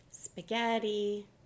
Spaghetti